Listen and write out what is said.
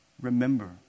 Remember